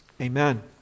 Amen